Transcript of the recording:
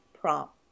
prompt